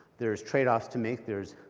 there's trade-offs to make. there's